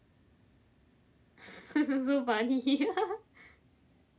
so funny ah